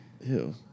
Ew